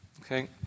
Okay